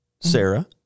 Sarah